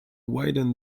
widen